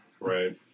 right